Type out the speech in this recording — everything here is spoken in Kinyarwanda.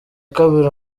kabiri